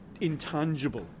intangible